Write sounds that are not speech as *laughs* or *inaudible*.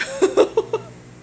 *laughs*